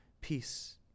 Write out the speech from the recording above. peace